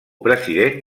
president